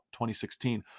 2016